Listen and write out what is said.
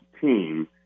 team